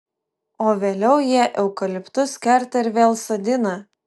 o vėliau jie eukaliptus kerta ir vėl sodina